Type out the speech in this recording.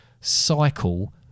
cycle